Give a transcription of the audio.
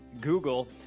Google